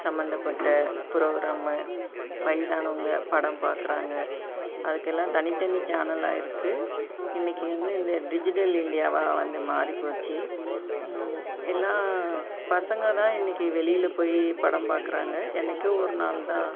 சம்மந்தப்பட்ட ப்ரோகிராமு வயதானவங்க படம் பார்க்குறாங்க அதுக்கெல்லாம் தனித்தனி சேனலாக இருக்குது இன்றைக்கி வந்து இந்த டிஜிட்டல் இண்டியாவாக வந்து மாறிப்போச்சு எல்லாம் பசங்க தான் இன்றைக்கி வெளியில் போய் படம் பார்க்குறாங்க என்றைக்கோ ஒரு நாள் தான்